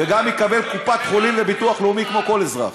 וגם יקבל קופת-חולים וביטוח לאומי כמו כל אזרח.